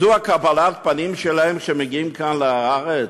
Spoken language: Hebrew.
זו קבלת הפנים שלהם כשהם מגיעים כאן לארץ?